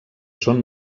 són